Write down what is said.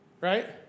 right